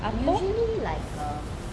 usually like um